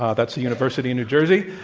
ah that's a university in new jersey.